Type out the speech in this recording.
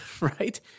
right